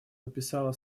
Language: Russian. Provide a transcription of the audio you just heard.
подписала